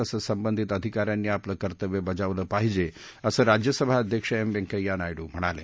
तसंच संबंधित अधिकाऱ्यांनी आपलं कर्तव्य बजावलं पाहिजे असं राज्यसभा अध्यक्ष एम व्यंकय्या नायडू म्हणाले